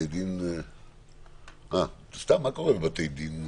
מה קורה בבתי דין?